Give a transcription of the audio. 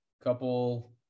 Couple